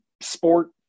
sport